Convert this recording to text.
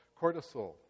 cortisol